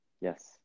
Yes